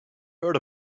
heard